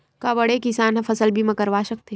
का बड़े किसान ह फसल बीमा करवा सकथे?